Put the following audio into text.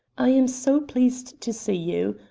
i am so pleased to see you.